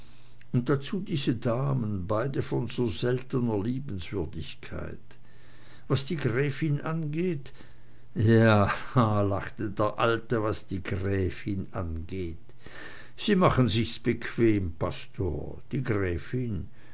und dazu diese damen beide von so seltener liebenswürdigkeit was die gräfin angeht ja lachte der alte was die gräfin angeht sie machen sich's bequem pastor die gräfin